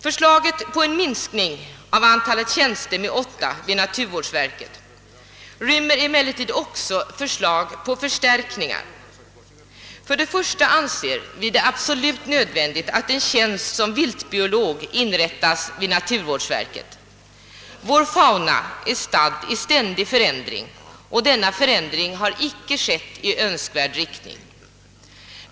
Förslaget om en minskning av antalet tjänster vid naturvårdsverket med åtta rymmer emellertid också förslag till förstärkningar. Först och främst anser vi det absolut nödvändigt, att en tjänst som viltbiolog inrättas i naturvårdsverket. Vår fauna är stadd i stän dig förändring, och denna förändring har icke gått i önskvärd riktning.